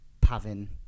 Pavin